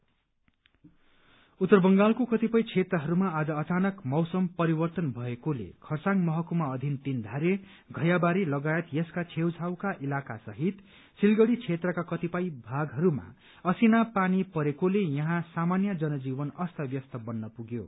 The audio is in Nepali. वेदर उत्तर बंगालको कतिपय क्षेत्रहरूमा आज अचानक मौसम परिवर्तन भएकोले खरसाङ महकुमा अधिन तीनधारे धैयाबारी लगायत यसका छेउछाउका इलाका सहित सिलगढ़ी क्षेत्रका कतिपय भागहरूमा असिना पानी परेकोले यहाँ सामान्य जनजीवन अस्तव्यस्त बन्न पुग्यो